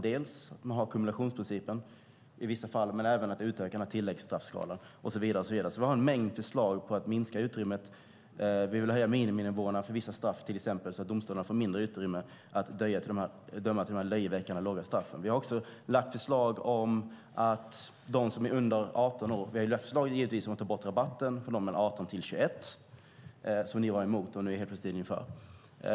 Dels handlar det om ackumulationsprincipen, dels om att utöka tilläggsstraffskalan. Vi har en mängd förslag. Vi vill höja miniminivåerna för vissa straff, så att domstolarna får mindre utrymme att utdöma de löjeväckande låga straffen. Vi har givetvis lagt fram förslag om att ta bort rabatten för dem mellan 18 och 21 år, vilket ni var emot och nu helt plötsligt är för.